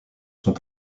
sont